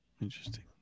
Interesting